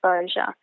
exposure